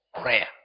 prayer